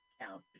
count